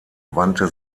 wandte